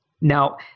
Now